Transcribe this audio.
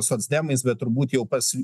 socdemais bet turbūt jau pas